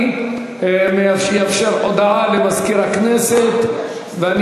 אני אאפשר הודעה למזכיר הכנסת ואני